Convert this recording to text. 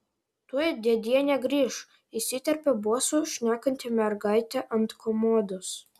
tuoj dėdienė grįš įsiterpė bosu šnekanti mergaitė ant komodos